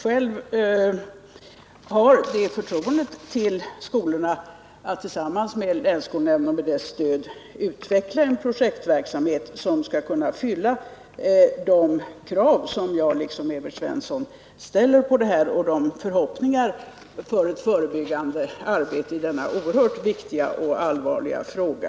Jag har förtroende för skolornas förmåga att med länsskolnämndernas stöd utveckla en projektverksamhet som kan uppfylla de krav som jag liksom Evert Svensson ställer. Jag tror att de kommer att infria våra förhoppningar om ett förebyggande arbete i denna oerhört viktiga och allvarliga fråga.